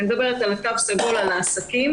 אני מדברת על התו הסגול, על העסקים.